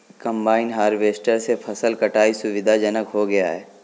combine harvester से फसल कटाई सुविधाजनक हो गया है